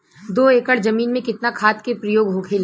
दो एकड़ जमीन में कितना खाद के प्रयोग होखेला?